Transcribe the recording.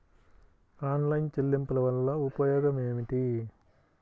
Online చెల్లింపుల వల్ల ఉపయోగమేమిటీ?